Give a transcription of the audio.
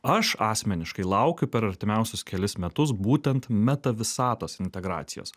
aš asmeniškai laukiu per artimiausius kelis metus būtent meta visatos integracijos